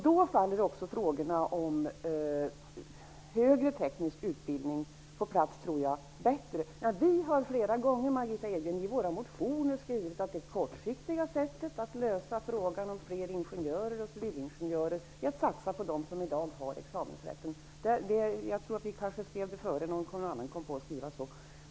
Då faller också frågorna om högre teknisk utbildning bättre på plats. Flera gånger har Socialdemokraterna, Margitta Edgren, skrivit att det kortsiktiga sättet att lösa problemet med att det finns för få ingenjörer och civilingenjörer är att satsa på dem som i dag har examensrätten. Jag tror att vi skrev om det först, annars var det någon annan som kom på att skriva det.